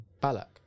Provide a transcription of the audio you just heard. Balak